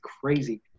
crazy